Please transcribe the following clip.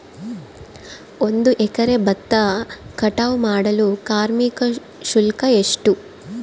ಒಂದು ಎಕರೆ ಭತ್ತ ಕಟಾವ್ ಮಾಡಲು ಕಾರ್ಮಿಕ ಶುಲ್ಕ ಎಷ್ಟು?